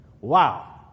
Wow